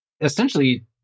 essentially